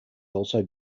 also